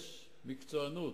יש מקצוענות